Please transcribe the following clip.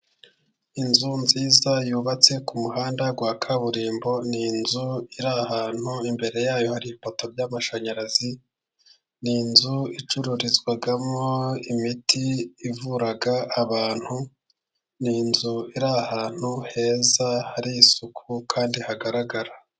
Inzu nziza yubatse ku muhanda wa kaburimbo. Ni inzu iri ahantu, imbere yayo hari ipoto y'amashanyarazi. Ni inzu icururizwamo imiti ivura abantu, ni inzu iri ahantu heza hari isuku, kandi hagaragara.